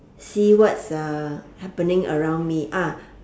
see what's uh happening around me ah